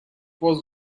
was